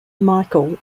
michael